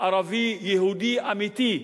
ערבי-יהודי אמיתי,